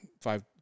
five